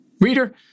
Reader